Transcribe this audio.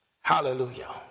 Hallelujah